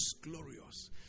Glorious